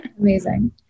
amazing